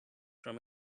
from